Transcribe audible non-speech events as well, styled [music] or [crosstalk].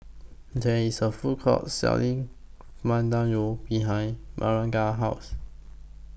There IS A Food Court Selling [unintelligible] behind Magdalena's House